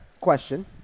Question